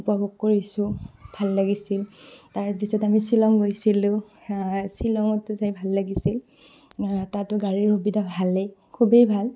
উপভোগ কৰিছোঁ ভাল লাগিছিল তাৰপিছত আমি শ্বিলং গৈছিলোঁ শ্বিলঙতো যাই ভাল লাগিছিল তাতো গাড়ীৰ সুবিধা ভালেই খুবেই ভাল